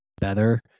better